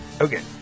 Okay